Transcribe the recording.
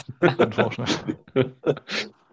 unfortunately